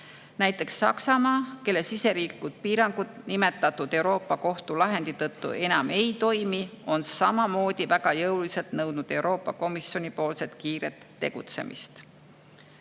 Näiteks Saksamaa, kelle siseriiklikud piirangud nimetatud Euroopa Kohtu lahendi tõttu enam ei toimi, on samamoodi väga jõuliselt nõudnud Euroopa Komisjoni kiiret tegutsemist.